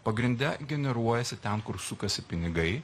pagrinde generuojasi ten kur sukasi pinigai